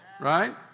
Right